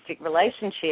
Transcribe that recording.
relationship